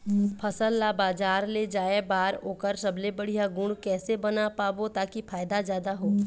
फसल ला बजार ले जाए बार ओकर सबले बढ़िया गुण कैसे बना पाबो ताकि फायदा जादा हो?